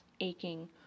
aching